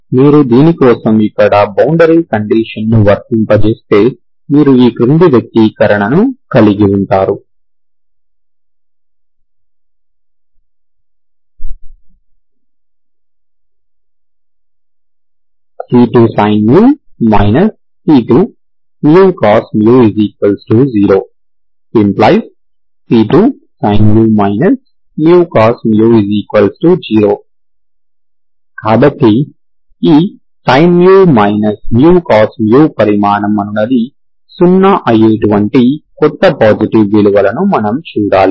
మీరు దీని కోసం ఇక్కడ బౌండరీ కండీషన్ ని వర్తింపజేస్తే మీరు ఈ క్రింది వ్యక్తీకరణను కలిగి ఉంటారు c2sin μ c2cos 0 ⇒ c2sin μ cos 0 కాబట్టి ఈ sin μ cos పరిమాణము అనునది 0 అయ్యేటువంటి కొత్త పాజిటివ్ విలువలను మనము చూడాలి